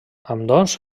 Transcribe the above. ambdós